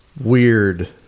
weird